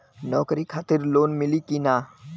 नौकरी खातिर लोन मिली की ना?